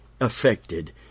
affected